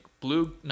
blue